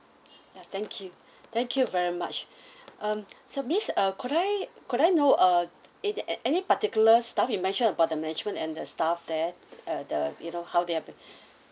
ya thank you thank you very much um so miss uh could I could I know uh in at any particular staff you mentioned about the management and the staff there uh the you know how they have